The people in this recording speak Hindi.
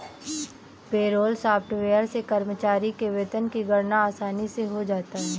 पेरोल सॉफ्टवेयर से कर्मचारी के वेतन की गणना आसानी से हो जाता है